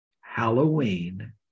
Halloween